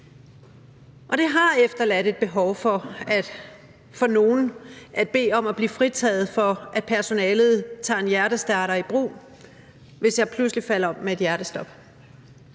det har efterladt et behov hos nogle for at bede om at blive fritaget for, at personalet tager en hjertestarter i brug, hvis man pludselig falder om med et hjertestop.